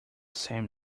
same